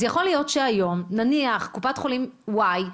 אז יכול להיות שהיום קופת חולים מסוימת